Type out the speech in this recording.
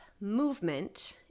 movement